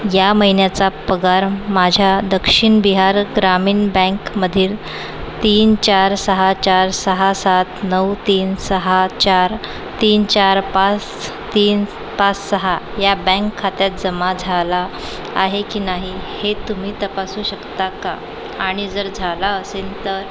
या महिन्याचा पगार माझ्या दक्षिण बिहार ग्रामीण बँकमधील तीन चार सहा चार सहा सात नऊ तीन सहा चार तीन चार पाच तीन पाच सहा या बँक खात्यात जमा झाला आहे की नाही हे तुम्ही तपासू शकता का आणि जर झाला असेल तर